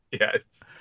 Yes